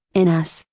in us,